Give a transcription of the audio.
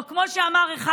או כמו שאמר אחד